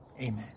amen